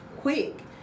quick